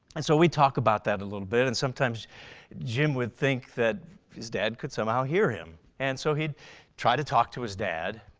and so we'd talk about that a little bit and sometimes jim would think that his dad could somehow hear him. and so he'd try to talk to his dad